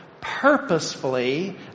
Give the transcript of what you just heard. purposefully